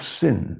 sin